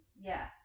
Yes